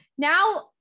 Now